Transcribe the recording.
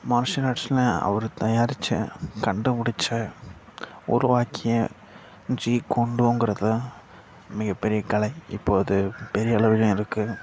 martial ஆர்ட்ஸில் அவர் தயாரித்த கண்டுபிடிச்ச உருவாக்கிய ஜி குண்டோங்குறது மிகப்பெரிய கலை இப்போது அது பெரிய அளவுலேயும் இருக்குது